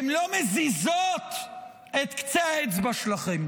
הן לא מזיזות את קצה האצבע שלכם.